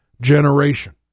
generation